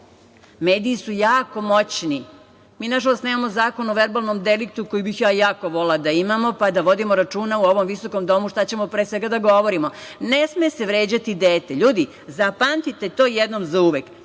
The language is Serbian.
Mediji su jako moćni. Mi nažalost nemamo zakon o verbalnom deliktu koji bih ja jako volela da imamo, pa da vodimo računa u ovom visokom domu šta ćemo pre svega da govorimo. Ne sme se vređati dete. Ljudi, zapamtite to jednom za uvek,